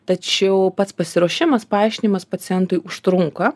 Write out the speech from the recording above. tačiau pats pasiruošimas paaiškinimas pacientui užtrunka